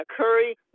Curry